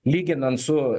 lyginant su